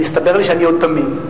והסתבר לי שאני עוד תמים,